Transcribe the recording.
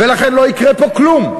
ולכן לא יקרה פה כלום.